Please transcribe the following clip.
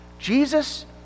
Jesus